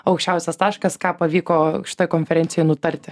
aukščiausias taškas ką pavyko šitoj konferencijoj nutarti